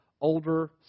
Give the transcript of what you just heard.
older